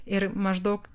ir maždaug